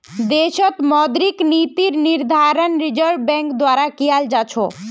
देशत मौद्रिक नीतिर निर्धारण रिज़र्व बैंक द्वारा कियाल जा छ